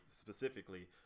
specifically